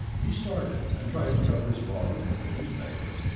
he started, and tried to cover his volume with a newspaper,